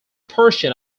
portion